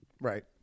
Right